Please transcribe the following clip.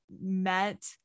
met